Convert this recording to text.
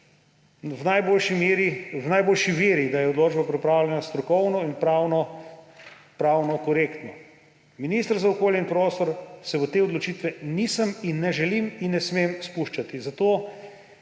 v najboljši veri, da je odločba pripravljena strokovno in pravno korektno. Kot minister za okolje in prostor se v te odločitve nisem in ne želim in ne smem spuščati.